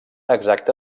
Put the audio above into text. exacte